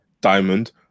Diamond